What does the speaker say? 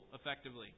effectively